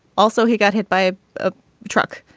also he got hit by a truck.